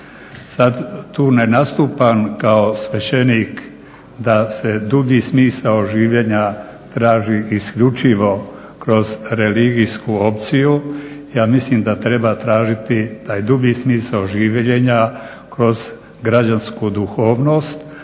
Sad tu ne nastupam kao svećenik da se dugi smisao življenja traži isključivo kroz religijsku opciju. Ja mislim da treba tražiti taj dublji smisao življenja kroz građansku duhovnost